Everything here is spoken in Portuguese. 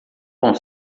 com